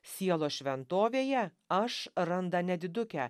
sielos šventovėje aš randa nedidukę